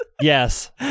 yes